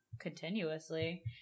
continuously